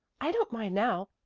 i don't mind now.